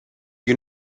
you